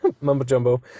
mumbo-jumbo